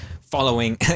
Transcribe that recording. following